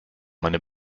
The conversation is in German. meine